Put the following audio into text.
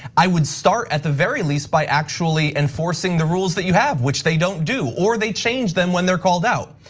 i would start at the very least by actually enforcing the rules that you have, which they don't do or they change them when they're called out.